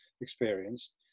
experienced